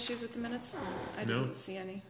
issues with the minutes i don't see any